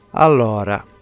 Allora